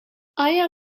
آیا